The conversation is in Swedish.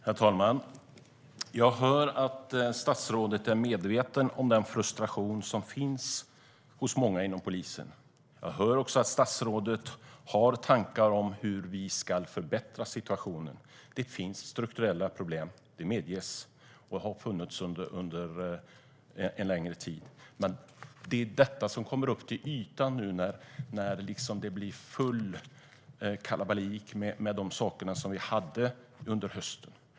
Herr talman! Jag hör att statsrådet är medveten om den frustration som finns hos många inom polisen. Jag hör också att statsrådet har tankar om hur vi ska förbättra situationen. Det finns strukturella problem, det medges, och de har funnits under en längre tid. Detta kommer upp till ytan när det blir full kalabalik, som det var under hösten.